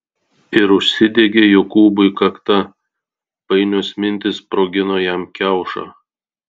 ir užsidegė jokūbui kakta painios mintys sprogino jam kiaušą